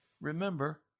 Remember